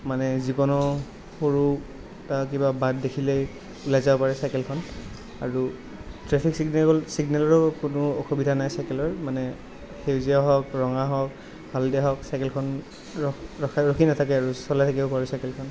মানে যিকোনো সৰু এটা কিবা বাট দেখিলেই ওলায় যাব পাৰে চাইকেলখন আৰু ট্ৰেফিক চিগনেল চিগনেলৰো কোনো অসুবিধা নাই চাইকেলৰ মানে সেউজীয়া হওক ৰঙা হওক হালধীয়া হওক চাইকেলখন ৰখি নাথাকে আৰু চলাই থাকিব পাৰি চাইকেলখন